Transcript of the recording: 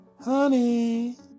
honey